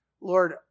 Lord